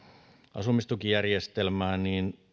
asumistukijärjestelmään